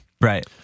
Right